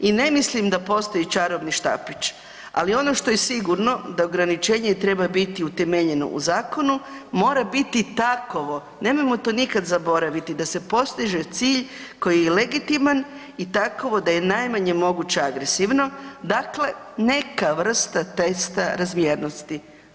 I ne mislim da postoji čarobni štapić, ali ono što je sigurno da ograničenje treba biti utemeljeno u zakonu, mora biti takovo, nemojmo to nikad zaboraviti, se postiže cilj koji je legitiman i takovo da je najmanje moguće agresivno, dakle neka vrsta testa razvijenosti.